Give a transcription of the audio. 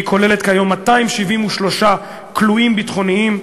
והיא כוללת כיום 273 כלואים ביטחוניים,